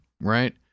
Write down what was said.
right